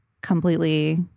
completely